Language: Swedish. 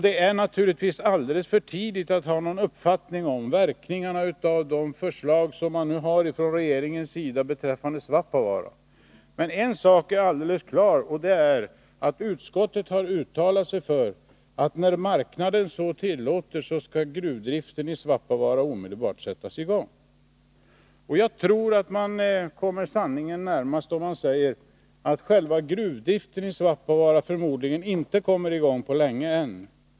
Det är naturligtvis alldeles för tidigt att ha någon uppfattning om verkningarna av de förslag regeringen har fört fram beträffande Svappavaara. En sak är emellertid alldeles klar, nämligen att utskottet har uttalat sig för att gruvdriften i Svappavaara omedelbart skall sättas i gång när marknaden så tillåter. Jag tror att man kommer sanningen närmast om man säger att själva gruvdriften i Svappavaara förmodligen inte kommer i gång på länge än.